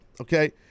okay